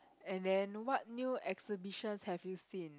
and then what new exhibitions have you seen